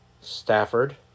Stafford